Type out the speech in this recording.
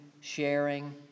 sharing